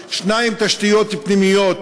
2. תשתיות פנימיות,